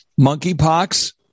monkeypox